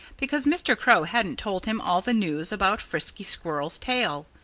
because mr. crow hadn't told him all the news about frisky squirrel's tail.